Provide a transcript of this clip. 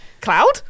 Cloud